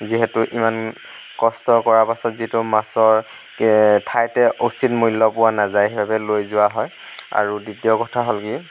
যিহেতু ইমান কষ্ট কৰাৰ পাছত মাছৰ ঠাইতে উচিত মূল্য পোৱা নাযায় বাবে লৈ যোৱা হয় আৰু দ্বিতীয় কথা হ'ল কি